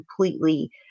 completely